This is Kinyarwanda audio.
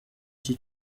iki